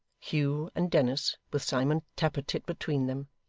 hugh and dennis, with simon tappertit between them,